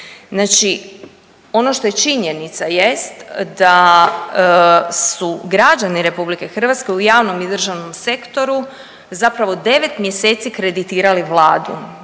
Znači ono što je činjenica jest da su građani RH u javnom i državnom sektoru zapravo 9 mjeseci kreditirali Vladu